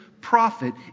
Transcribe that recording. prophet